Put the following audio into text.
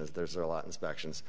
as there's a lot inspections